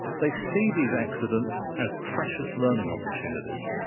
they see these accidents as precious learning opportunities.